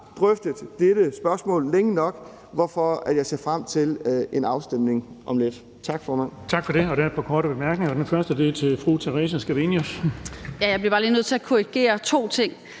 drøftet dette spørgsmål længe nok, hvorfor jeg ser frem til afstemningen om lidt. Tak, formand.